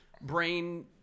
brain